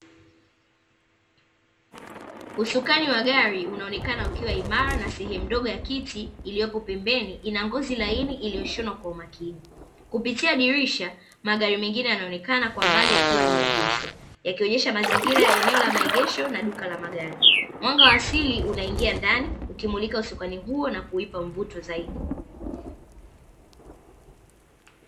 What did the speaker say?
Usukani wa gari unaonekana ukiwa imara na sehemu ndogo ya kiti iliyopembeni inangozi laini iliyoshonwa kwa umakini kupitia dirisha, magari mengine yanaonekana kwa mbali yakiwa yameegeshwa yakionesha mazingira ya eneo la maegesho na duka la magari mwanga asili unaingia ndani ukimulika usukani huo na kuipa mvuto zaidi.